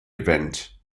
event